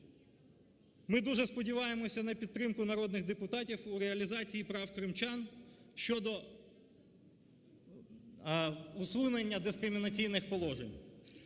Ми дуже сподіваємося на підтримку народних депутатів у реалізації прав кримчан щодо усунення дискримінаційних положень.